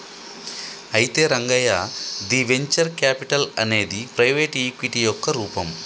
అయితే రంగయ్య ది venture capital అనేది ప్రైవేటు ఈక్విటీ యొక్క రూపం